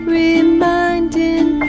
reminding